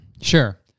sure